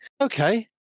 okay